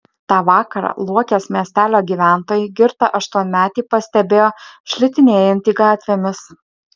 tą vakarą luokės miestelio gyventojai girtą aštuonmetį pastebėjo šlitinėjantį gatvėmis